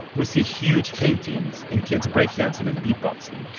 we see huge paintings and kids breakdancing and beatboxing